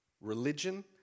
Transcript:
Religion